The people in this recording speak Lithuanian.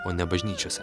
o ne bažnyčiose